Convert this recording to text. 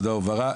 הועברה.